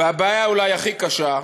והבעיה אולי הכי קשה: